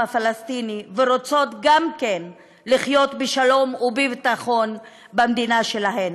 הפלסטיני ורוצות גם הן לחיות בשלום ובביטחון במדינה שלהן,